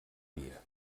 dia